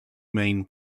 main